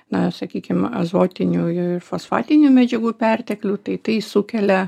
na sakykim azotinių ir fosfatinių medžiagų perteklių tai tai sukelia